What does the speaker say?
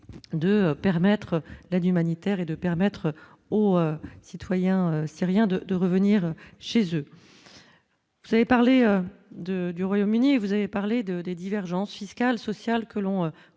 de permettre l'aide humanitaire et de permettre aux citoyens syriens de de revenir chez eux, vous avez parlé de du Royaume-Uni, vous avez parlé de des divergences fiscales, sociales que l'on constate